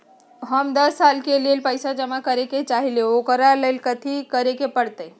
हम दस साल के लेल पैसा जमा करे के चाहईले, ओकरा ला कथि करे के परत?